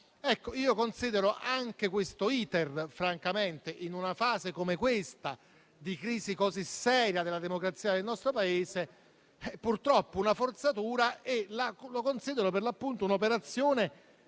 Considero anche questo *iter*, francamente, in una fase come questa, di crisi così seria della democrazia del nostro Paese, purtroppo una forzatura e lo considero un'operazione